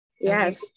Yes